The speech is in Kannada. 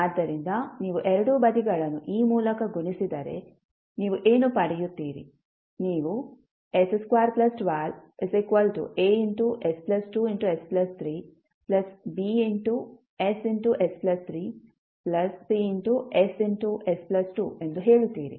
ಆದ್ದರಿಂದ ನೀವು ಎರಡೂ ಬದಿಗಳನ್ನು ಈ ಮೂಲಕ ಗುಣಿಸಿದರೆ ನೀವು ಏನು ಪಡೆಯುತ್ತೀರಿ ನೀವು s212As2s3Bss3Css2 ಎಂದು ಹೇಳುತ್ತೀರಿ